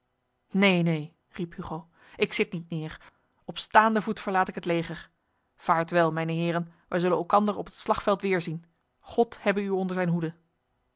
neen neen riep hugo ik zit niet neer op staande voet verlaat ik het leger vaartwel mijne heren wij zullen elkander op het slagveld weerzien god hebbe u onder zijn hoede